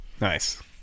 Nice